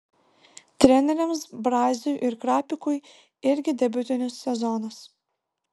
treneriams braziui ir krapikui irgi debiutinis sezonas